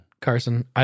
Carson